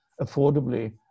affordably